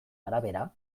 arabera